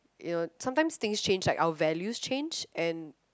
you know sometimes things change our values change and